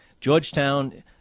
Georgetown